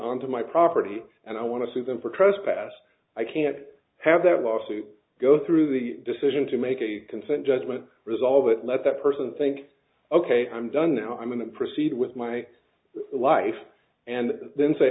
onto my property and i want to sue them for trespass i can't have that lawsuit go through the decision to make a consent judgment resolve it let that person think ok i'm done now i'm going to proceed with my life and then say